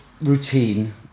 routine